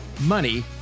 money